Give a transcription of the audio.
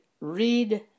read